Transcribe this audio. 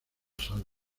salva